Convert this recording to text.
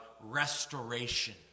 restoration